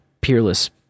peerless